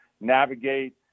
navigate